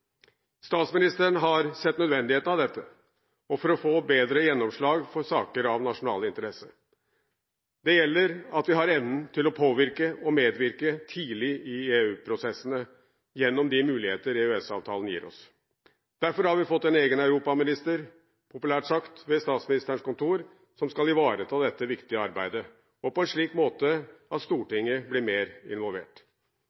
Statsministeren har sett nødvendigheten av dette og av å få bedre gjennomslag for saker av nasjonal interesse. Det gjelder at vi har evnen til å påvirke og medvirke tidlig i EU-prosessene, gjennom de muligheter EØS-avtalen gir oss. Derfor har vi fått en egen europaminister ved Statsministerens kontor som skal ivareta dette viktige arbeidet, og på en slik måte at